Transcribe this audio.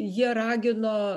jie ragino